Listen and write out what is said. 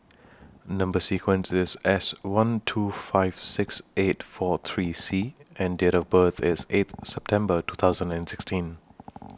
Number sequence IS S one two five six eight four three C and Date of birth IS eighth September two thousand and sixteen